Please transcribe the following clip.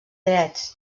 drets